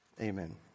amen